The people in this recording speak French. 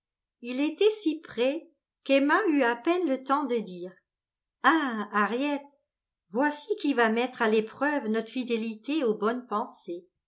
il était si près qu'emma eut à peine le temps de dire ah harriet voici qui va mettre à l'épreuve notre fidélité aux bonnes pensées